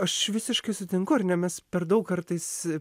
aš visiškai sutinku ar ne mes per daug kartais